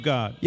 God